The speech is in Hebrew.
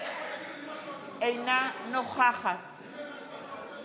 אינה נוכחת מה שרוצים עושים פה.